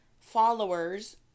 followers